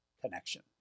connection